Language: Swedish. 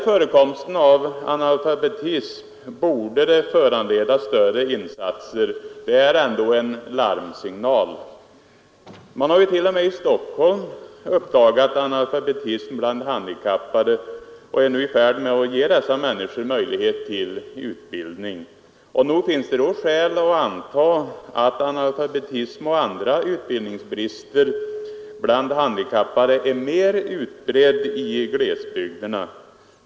Förekomsten av analfabetism borde föranleda större insatser — den är ändå en larmsignal. Man har t.o.m. i Stockholm uppdagat analfabetism bland handikappade och är nu i färd med att ge dessa människor möjlighet till utbildning. Nog finns det då skäl att anta att analfabetism och andra utbildningsbrister bland handikappade är mera utbredda i glesbygderna.